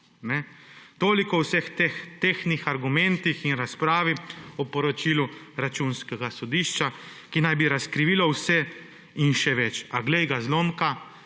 Toliko o vseh teh tehtnih argumentih in razpravi o poročilu Računskega sodišča, ki naj bi razkrilo vse in še več, a glej ga zlomka,